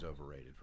overrated